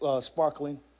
sparkling